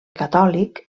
catòlic